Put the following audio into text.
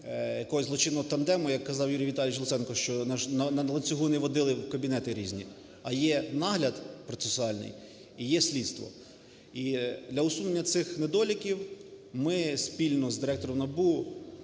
якогось злочинного тандему, як казав Юрій Віталійович Луценко, що на ланцюгу не водили в кабінети різні, а є нагляд процесуальний і є слідство. І для усунення цих недоліків ми спільно з директором НАБУ